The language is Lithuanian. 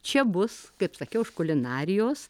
čia bus kaip sakiau iš kulinarijos